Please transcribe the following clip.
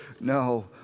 no